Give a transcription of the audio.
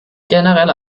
generelle